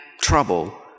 trouble